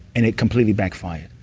and it completely backfired.